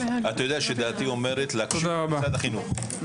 אתה יודע שדעתי אומרת להקשיב למשרד החינוך,